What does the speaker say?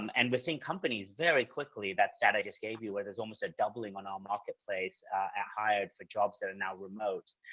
um and we're seeing companies very quickly, that stat i just gave you, where there's almost a doubling on our marketplace at hired for jobs that are and now remote.